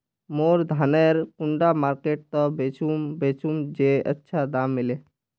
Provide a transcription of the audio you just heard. मोर धानेर कुंडा मार्केट त बेचुम बेचुम जे अच्छा दाम मिले?